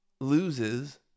loses